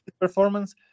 performance